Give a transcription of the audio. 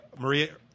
Maria